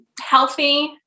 healthy